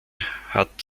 hat